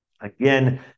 Again